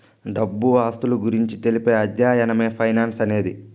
డబ్బు ఆస్తుల గురించి తెలిపే అధ్యయనమే ఫైనాన్స్ అనేది